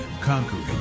conquering